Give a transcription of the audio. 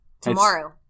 Tomorrow